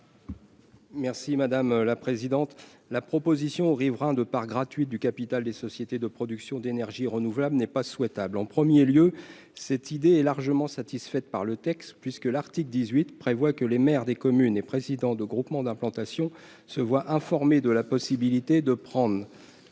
des affaires économiques ? La proposition aux riverains de parts gratuites du capital des sociétés de production d'énergies renouvelables n'est pas souhaitable. En premier lieu, l'amendement est largement satisfait par le texte, puisque l'article 18 prévoit que les maires des communes et présidents des groupements d'implantation se voient informer de la possibilité de prendre